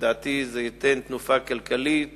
ולדעתי הוא ייתן תנופה כלכלית